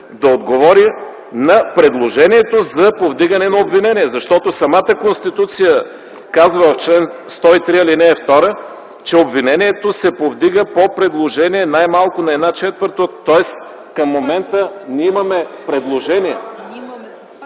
да отговори на предложението за повдигане на обвинение, защото самата Конституция казва в чл. 103, ал. 2, че обвинението се повдига по предложение най-малко на една четвърт от... Тоест към момента ние имаме предложение.